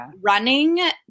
running